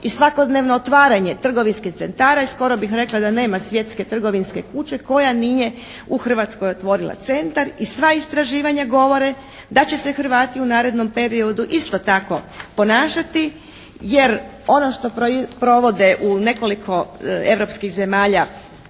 i svakodnevno otvaranje trgovinskih centara i skoro bih rekla da nema svjetske trgovinske kuće koja nije u Hrvatskoj otvorila centar i sva istraživanja govore da će se Hrvati u narednom periodu isto tako ponašati. Jer ono što provode u nekoliko europskih zemalja